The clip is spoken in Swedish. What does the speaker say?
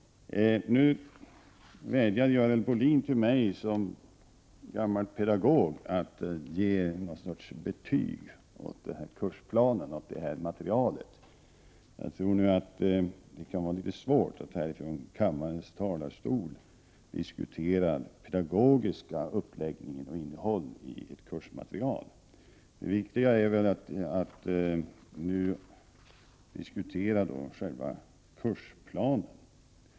Görel Bohlin vädjar till mig i min egenskap av gammal pedagog att ge någon sorts betyg åt den här kursplanen och det här materialet. Det är litet svårt att här från kammarens talarstol diskutera den pedagogiska uppläggningen och innehållet i ett kursmaterial. Det viktiga är väl att nu diskutera själva kursplanen.